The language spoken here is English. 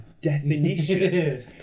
Definition